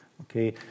Okay